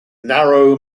narrow